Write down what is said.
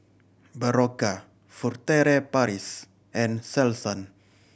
Berocca Furtere Paris and Selsun